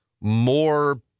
more